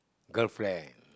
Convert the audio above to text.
girlfriend